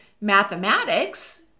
mathematics